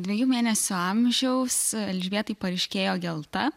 dviejų mėnesių amžiaus elžbietai paryškėjo gelta